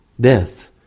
death